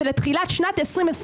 זה תחילת שנת 2025,